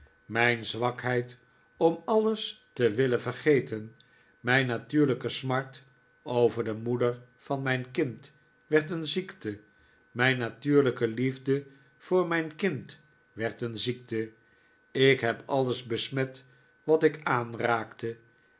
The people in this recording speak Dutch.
mijn zwakheid om alles te willen vergeten mijn natuurlijke smart over de moeder van mijn kind werd een ziekte mijn natuurlijke liefde voor mijn kind werd een ziekte ik heb alles besmet wat ik aanraakte